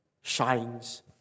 shines